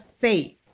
faith